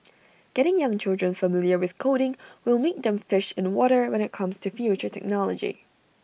getting young children familiar with coding will make them fish in water when IT comes to future technology